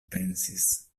pensis